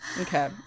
Okay